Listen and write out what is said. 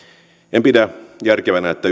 en pidä järkevänä että